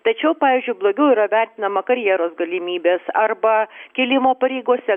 tačiau pavyzdžiui blogiau yra vertinama karjeros galimybės arba kilimo pareigose